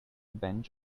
bench